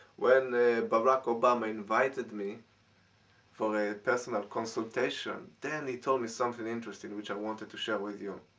when barak obama invited me for a personal consultation, then he told me something interesting which i wanted to share with you.